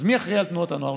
אז מי אחראי על תנועות הנוער?